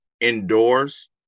indoors